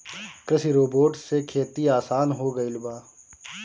कृषि रोबोट से खेती आसान हो गइल बा